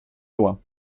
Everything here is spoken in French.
loi